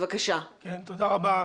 תודה רבה.